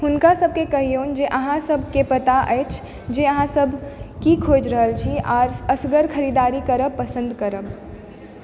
हुनका सबके कहियनु जे अहाँ सबकेँ पता अछि जे अहांँ सब की खोजि रहल छी आओर असगर खरीदारी करब पसन्द करब